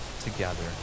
together